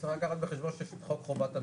צריך לקחת בחשבון, שיש את חוק המכרזים.